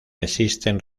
existen